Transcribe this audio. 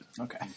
Okay